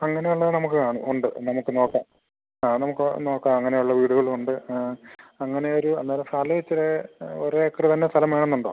അങ്ങനെയുള്ള നമുക്ക് കാണും ഉണ്ട് നമുക്ക് നോക്കാം ആ നമുക്ക് നോക്കാം അങ്ങനെയുള്ള വീടുകളുണ്ട് അങ്ങനെയൊരു അന്നേരം സ്ഥലം ഇച്ചിരി ഒരേക്കർ തന്നെ സ്ഥലം വേണമെന്നുണ്ടോ